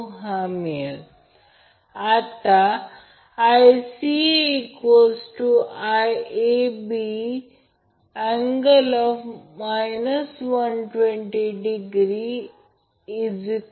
अशाप्रकारे आपण ते लिहू शकतो ते समीकरण आपण इथे लिहिले आहे Ia Zy Ib Zy Vab 0 म्हणजे Ia Ib VabZy